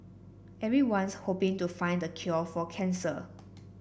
everyone's hoping to find the cure for cancer